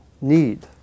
need